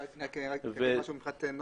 אני אומר משהו מבחינת הנוסח,